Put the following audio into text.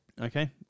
Okay